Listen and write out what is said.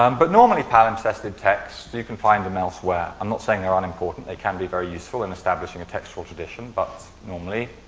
um but normally palimpsested text, you can find them elsewhere. i'm not saying they're unimportant. they can be very useful in establishing a text or tradition, but normally,